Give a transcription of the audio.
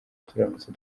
turamutse